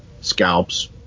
scalps